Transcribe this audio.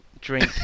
drink